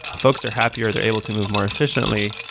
folks are happier. they're able to move more efficiently,